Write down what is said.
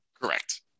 Correct